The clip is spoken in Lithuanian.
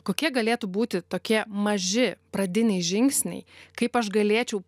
kokie galėtų būti tokie maži pradiniai žingsniai kaip aš galėčiau